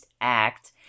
Act